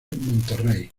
monterrey